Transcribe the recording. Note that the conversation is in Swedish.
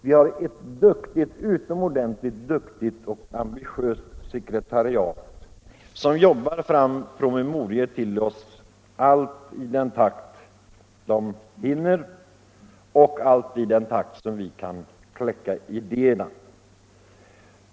Vi har ett utomordentligt duktigt och ambitiöst sekretariat som jobbar fram promemorior till oss i den takt som är möjlig och i den takt vi kläcker idéer.